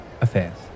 affairs